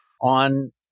on